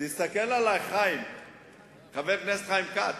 תסתכל עלי, חבר הכנסת חיים כץ,